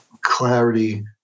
clarity